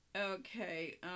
Okay